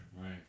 Right